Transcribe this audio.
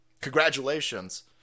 Congratulations